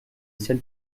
ciel